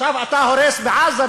עכשיו אתה הורס בעזה,